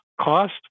Cost